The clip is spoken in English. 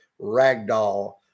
ragdoll